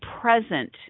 present